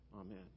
Amen